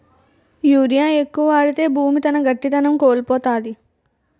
urea ఎక్కువ వాడితే భూమి తన గట్టిదనం కోల్పోతాది